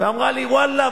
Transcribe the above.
ואמרה לי: ואללה,